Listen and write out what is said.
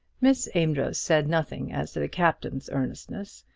miss amedroz said nothing as to the captain's earnestness,